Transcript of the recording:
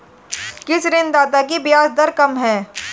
किस ऋणदाता की ब्याज दर कम है?